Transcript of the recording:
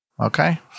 Okay